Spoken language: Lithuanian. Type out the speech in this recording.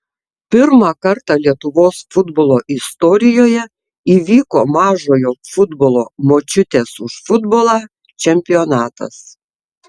pirmą kartą lietuvos futbolo istorijoje įvyko mažojo futbolo močiutės už futbolą čempionatas